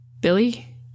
Billy